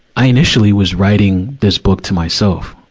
i initially was writing this book to myself.